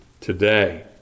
today